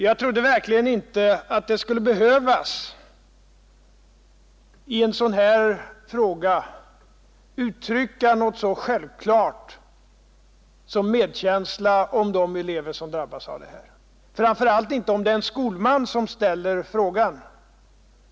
Jag trodde verkligen inte att jag i en sådan här fråga skulle behöva uttrycka något så självklart som medkänsla med de elever som drabbas, framför allt inte om det är en skolman som ställer frågan.